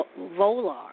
Volar